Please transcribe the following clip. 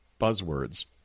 buzzwords